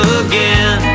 again